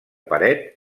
paret